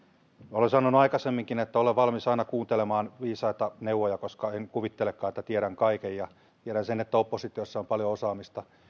olen sanonut aikaisemminkin että olen valmis aina kuuntelemaan viisaita neuvoja koska en kuvittelekaan että tiedän kaiken ja tiedän sen että oppositiossa on paljon osaamista